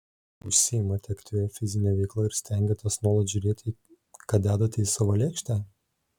užsiimate aktyvia fizine veikla ir stengiatės nuolat žiūrėti ką dedate į savo lėkštę